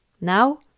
Now